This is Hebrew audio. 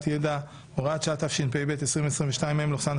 התשפ"ב 2022 לוועדת החוקה,